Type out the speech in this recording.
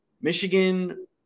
Michigan